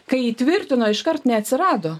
kai įtvirtino iškart neatsirado